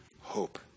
hope